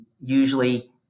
usually